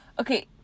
Okay